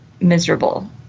miserable